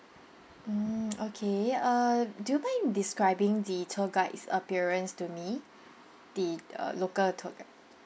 mm okay err do you mind describing the tour guide's appearance to me the uh local tour guide